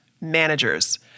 managers